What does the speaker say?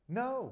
no